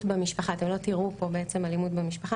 במשפחה אתם לא תראו פה בעצם אלימות במשפחה,